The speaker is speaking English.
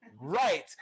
right